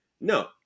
no